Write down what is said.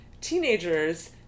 teenagers